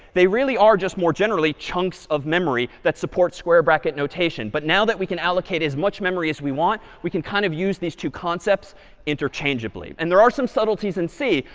they really are just more generally chunks of memory that support square bracket notation. but now that we can allocate as much memory as we want, we can kind of use these two concepts interchangeably. and there are some subtleties in c.